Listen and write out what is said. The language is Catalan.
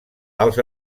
els